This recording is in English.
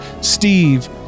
Steve